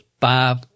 five